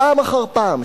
פעם אחר פעם,